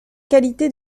qualité